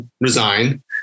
resign